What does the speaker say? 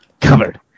covered